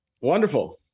Wonderful